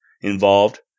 involved